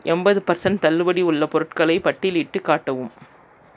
எண்பது பர்சன்ட் தள்ளுபடி உள்ள பொருட்களை பட்டியலிட்டுக் காட்டவும்